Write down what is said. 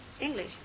English